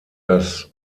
das